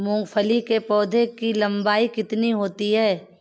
मूंगफली के पौधे की लंबाई कितनी होती है?